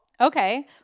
Okay